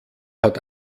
hat